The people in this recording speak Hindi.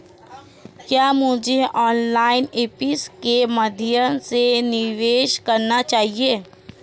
क्या मुझे ऑनलाइन ऐप्स के माध्यम से निवेश करना चाहिए?